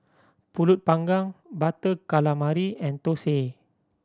Pulut Panggang Butter Calamari and thosai